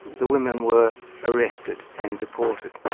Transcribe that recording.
the women were arrested and deported.